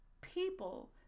people